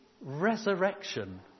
resurrection